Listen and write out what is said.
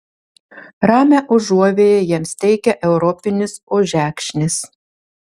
ramią užuovėją jiems teikia europinis ožekšnis